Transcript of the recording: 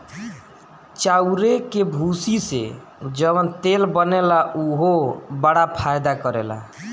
चाउरे के भूसी से जवन तेल बनेला उहो बड़ा फायदा करेला